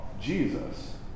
Jesus